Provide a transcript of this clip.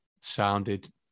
sounded